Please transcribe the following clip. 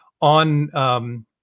on